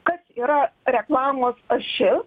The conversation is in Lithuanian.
kas yra reklamos ašis